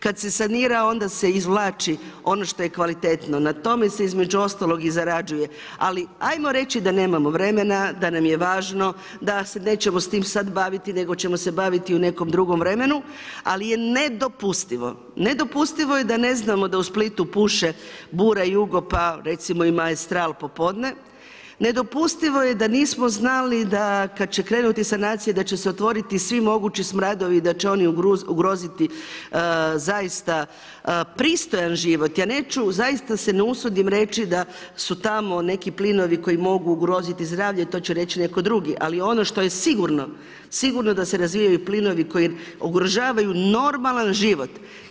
Kad se sanira, onda se izvlači ono što je kvalitetno, na tome se između ostalog i zarađuje ali ajmo reći da nemamo vremena, da nam je važno da se neće sad s tim baviti nego ćemo se baviti u nekom drugom vremenu, ali je nedopustivo, nedopustivo je da ne znamo da u Splitu puše bura, jugo pa recimo i maestral popodne, nedopustivo je da nismo znali da kad će krenuti sanacija da će se otvoriti svi mogući smradovi, da će oni ugroziti zaista pristojan život, zaista se ne usudim reći da su tamo neki plinovi koji mogu ugroziti zdravlje, to će reći netko drugi, ali ono što je sigurno, sigurno da se razvijaju plinovi koji ugrožavaju normalan život.